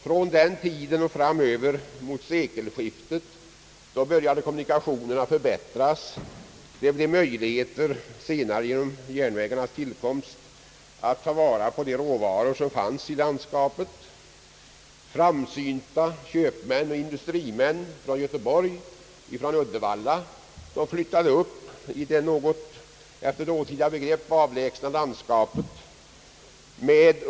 Från den tiden och fram mot sekelskiftet förbättrades kommunikationerna, och genom järnvägarnas tillkomst blev det sedan möjligt att ta vara på de råvaror som fanns i landskapet. Framsynta köpmän och industrimän från Göteborg och Uddevalla flyttade upp till det efter dåtida begrepp något avlägsna landskapet.